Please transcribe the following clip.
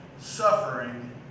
suffering